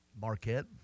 Marquette